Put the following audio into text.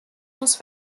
muss